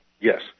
Yes